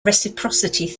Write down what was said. reciprocity